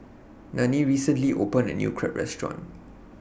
Nanie recently opened A New Crepe Restaurant